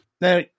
Now